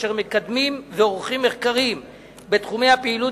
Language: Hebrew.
אשר מקדמים ועורכים מחקרים בתחומי הפעילות